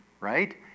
right